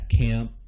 camp